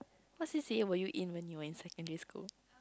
what c_c_a were you in when you were in secondary school